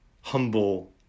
humble